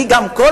גם אני,